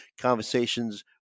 conversations